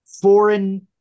foreign